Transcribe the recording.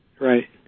right